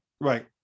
Right